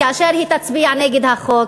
כאשר היא תצביע נגד החוק,